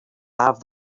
have